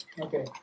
Okay